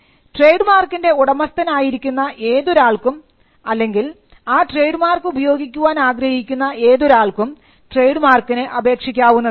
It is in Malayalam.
ട്രേഡ് മാർക്കിൻറെ ഉടമസ്ഥൻ ആയിരിക്കുന്ന ഏതൊരാൾക്കും അല്ലെങ്കിൽ ആ ട്രേഡ് മാർക്ക് ഉപയോഗിക്കാൻ ആഗ്രഹിക്കുന്ന ഏതൊരാൾക്കും ട്രേഡ് മാർക്കിന് അപേക്ഷിക്കാവുന്നതാണ്